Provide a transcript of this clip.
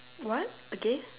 what again